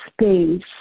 space